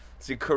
see